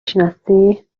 شناسی